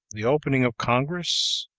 the opening of congress,